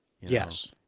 Yes